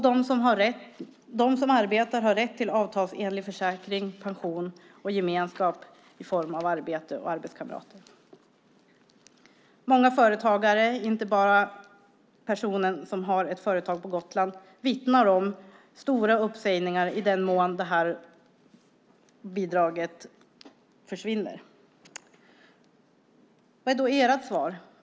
De som arbetar har rätt till avtalsenlig försäkring, pension och gemenskap i form av arbete och arbetskamrater. Många företagare, inte bara personen som har ett företag på Gotland, vittnar om att det kan bli fråga om stora uppsägningar i den mån bidraget försvinner. Vad är då ert svar?